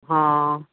हा